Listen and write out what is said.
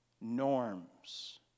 norms